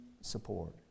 support